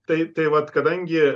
tai tai vat kadangi